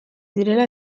direla